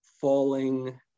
falling